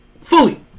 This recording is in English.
Fully